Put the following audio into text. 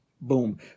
Boom